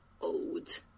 old